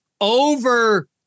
Over